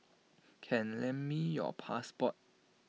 can lend me your passport